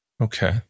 Okay